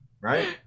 right